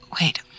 Wait